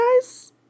guys